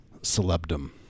celebdom